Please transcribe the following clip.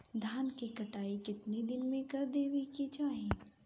धान क कटाई केतना दिन में कर देवें कि चाही?